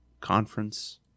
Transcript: conference